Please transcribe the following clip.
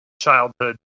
childhood